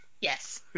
Yes